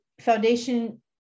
foundation